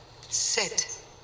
Sit